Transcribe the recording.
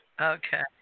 Okay